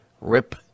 Rip